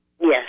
Yes